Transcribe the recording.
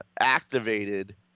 activated